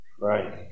Right